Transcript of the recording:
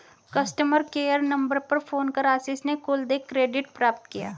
customer care number पर phone कर आशीष ने कुल देय क्रेडिट प्राप्त किया